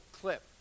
clip